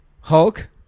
Hulk